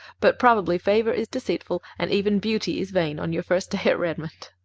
but probably favor is deceitful and even beauty is vain on your first day at redmond,